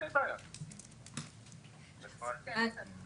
הצעה שנייה שעלתה, גם היא הצעה רצינית.